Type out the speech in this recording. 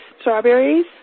strawberries